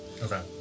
Okay